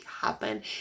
happen